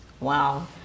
Wow